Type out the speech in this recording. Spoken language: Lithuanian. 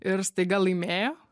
ir staiga laimėjo